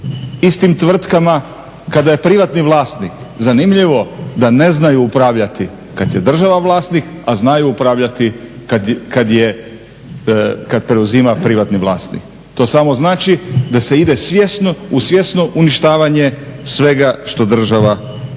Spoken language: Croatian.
istim tvrtkama kada je privatni vlasnik, zanimljivo da ne znaju upravljati kada je država vlasnik a znaju upravljati kada preuzima privatni vlasnik. To samo znači da se ide svjesno, u svjesno uništavanje svega što država ima